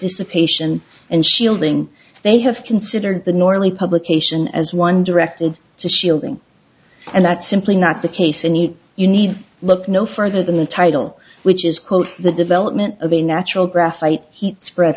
this a patient and shielding they have considered the normally publication as one directed to shielding and that's simply not the case and you need look no further than the title which is called the development of a natural graphite heat spread